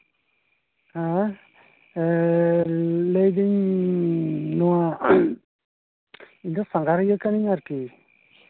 ᱦᱮᱸ ᱞᱟᱹᱭᱫᱟᱹᱧ ᱱᱚᱣᱟ ᱤᱧ ᱫᱚ ᱥᱟᱸᱜᱷᱟᱨᱤᱭᱟᱹ ᱠᱟᱹᱱᱟᱹᱧ ᱟᱨᱠᱤ